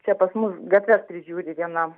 čia pas mus gatves prižiūri viena